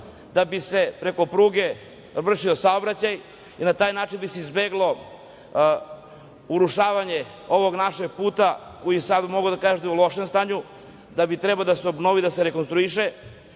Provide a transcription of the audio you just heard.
da bi se preko pruge vršio saobraćaj? Na taj način bi se izbeglo urušavanje ovog našeg puta za koji mogu sada da kažem da je u lošem stanju. Trebao bi da se obnovi, da se rekonstruiše,